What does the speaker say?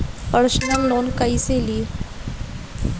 Personal loan कैसे ली?